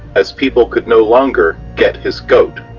as people could no longer get his goat.